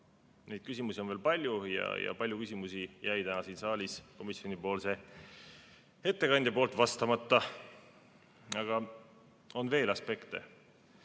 Neid küsimusi on veel palju ja palju küsimusi jäi täna siin saalis komisjoni ettekandjal vastamata. Aga on veel aspekte.